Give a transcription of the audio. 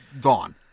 gone